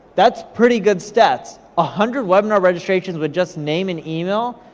that's pretty good stats. a hundred webinar registrations with just name and email,